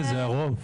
זה הרוב.